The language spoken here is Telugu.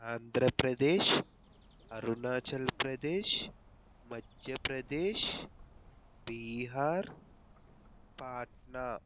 ఆంధ్రప్రదేశ్ అరుణాచల్ప్రదేశ్ మధ్యప్రదేశ్ బీహార్ పాట్నా